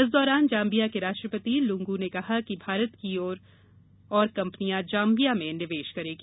इस दौरान जाम्बिया के राष्ट्रपति लुंगू ने कहा कि भारत की और कंपनियां जाम्बिया में निवेश करेगी